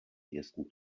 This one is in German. ersten